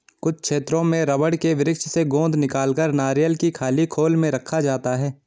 कुछ क्षेत्रों में रबड़ के वृक्ष से गोंद निकालकर नारियल की खाली खोल में रखा जाता है